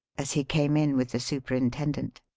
as he came in with the superintendent.